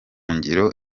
ngiro